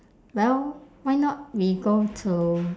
well why not we go to